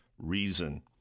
reason